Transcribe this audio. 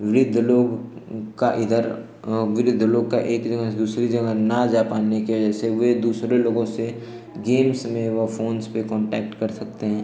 वृद्ध लोग का इधर वृद्ध लोग का एक जगह से दूसरी जगह ना जा पाने की वज़ह से वह दूसरे लोगों से गेम्स में व फ़ोन पर कॉन्टैक्ट कर सकते हैं